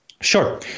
Sure